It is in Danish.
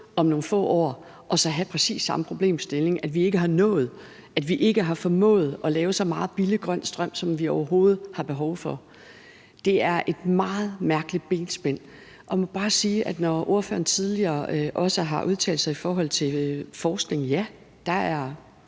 om nogle få år og have præcis samme problemstilling, altså at vi ikke har nået, at vi ikke har formået at lave så meget billig grøn strøm, som vi overhovedet har behov for. Det er et meget mærkeligt benspænd, og jeg må bare sige, i forhold til at ordføreren også tidligere har udtalt sig i forhold til forskning: Ja, der er